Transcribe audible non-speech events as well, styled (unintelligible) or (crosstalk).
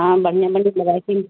ہاں بڑھیا (unintelligible)